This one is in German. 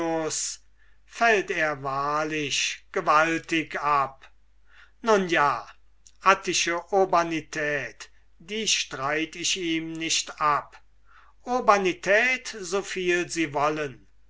fällt er wahrlich gewaltig ab nun ja attische urbanität die streit ich ihm nicht ab urbanität so viel sie wollen